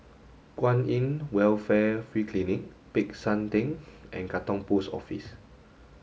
Kwan In Welfare Free Clinic Peck San Theng and Katong Post Office